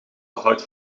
behoud